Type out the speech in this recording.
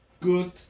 good